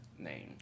Name